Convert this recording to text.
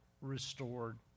restored